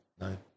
no